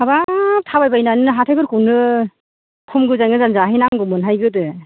हाबाब थाबाय बायनानैनो हाथायफोरखौनो खम गोजान गोजान जाहैनांगौमोन हाय गोदो